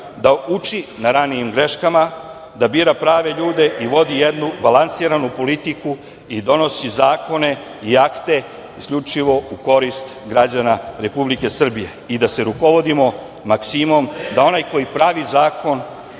da uči na ranijim greškama, da bira prave ljude i vodi jednu balansiranu politiku i donosi zakone i akte isključivo u korist građana Republike Srbije i da se rukovodimo maksimom da onaj ko pravi zakon,